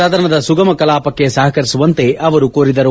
ಸದನದ ಸುಗಮ ಕಲಾಪಕ್ಷೆ ಸಪಕರಿಸುವಂತೆ ಅವರು ಕೋರಿದರು